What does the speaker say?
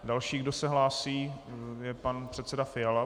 Další, kdo se hlásí, je pan předseda Fiala.